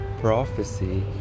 prophecy